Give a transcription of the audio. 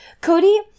Cody